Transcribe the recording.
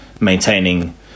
maintaining